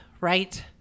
Right